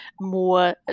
more